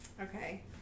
Okay